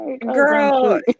Girl